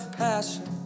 passion